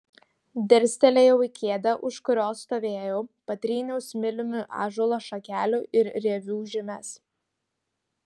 dirstelėjau į kėdę už kurios stovėjau patryniau smiliumi ąžuolo šakelių ir rievių žymes